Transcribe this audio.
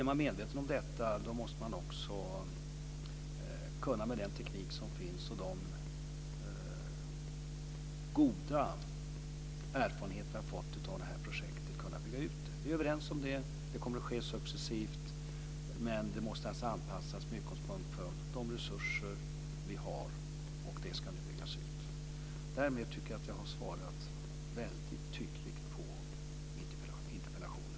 Är man medveten om detta måste man också kunna bygga ut det, med den teknik som finns och de goda erfarenheter vi har av detta projekt. Vi är överens om det. Det kommer att ske successivt. Men det måste anpassas med utgångspunkt från de resurser vi har. Det ska nu byggas ut. Därmed tycker jag att jag har svarat väldigt tydligt på interpellationen.